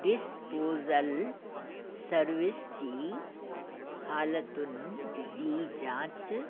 disposal service जी हालतुनि जी जांच